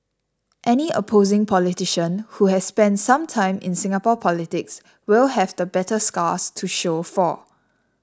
any opposing politician who has spent some time in Singapore politics will have the battle scars to show for